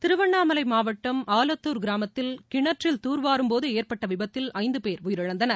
திருவண்ணாமலை மாவட்டம் ஆலத்தூர் கிராமத்தில் கிணற்றில் தூர்வாரும்போது ஏற்பட்ட விபத்தில் ஐந்து பேர் உயிரிழந்தனர்